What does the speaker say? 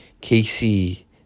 Casey